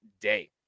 day